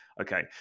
Okay